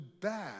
bad